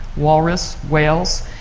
walrus, whales,